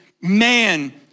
man